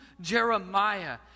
Jeremiah